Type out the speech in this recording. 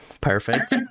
Perfect